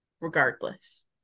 regardless